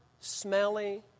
smelly